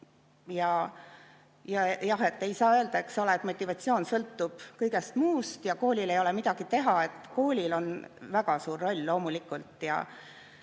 Ei saa öelda, eks ole, et motivatsioon sõltub kõigest muust ja koolil ei ole midagi teha. Koolil on väga suur roll loomulikult.